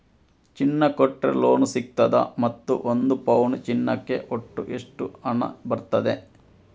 ಚಿನ್ನ ಕೊಟ್ರೆ ಲೋನ್ ಸಿಗ್ತದಾ ಮತ್ತು ಒಂದು ಪೌನು ಚಿನ್ನಕ್ಕೆ ಒಟ್ಟು ಎಷ್ಟು ಹಣ ಬರ್ತದೆ?